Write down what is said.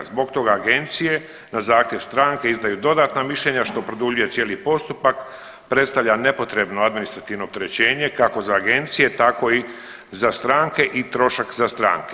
Zbog toga agencije na zahtjev stranke izdaju dodatna mišljenja što produljuje cijeli postupak, predstavlja nepotrebno administrativno opterećenje kako za agencije, tako i za stranke i trošak za stranke.